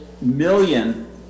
million